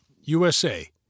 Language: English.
USA